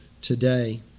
today